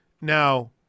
Now